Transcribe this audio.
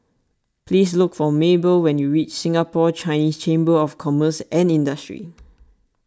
please look for Mabell when you reach Singapore Chinese Chamber of Commerce and Industry